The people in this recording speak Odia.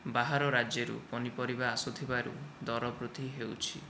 ବାହାର ରାଜ୍ୟରୁ ପନିପରିବା ଆସୁଥିବାରୁ ଦରବୃଦ୍ଧି ହେଉଛି